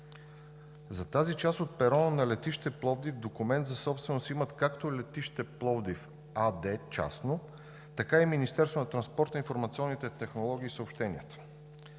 За тази част от перона на летище Пловдив документ за собственост имат както „Летище Пловдив“ АД – частно, така и Министерството на транспорта, информационните технологии и съобщенията.